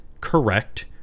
correct